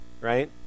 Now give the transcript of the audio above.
right